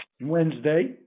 Wednesday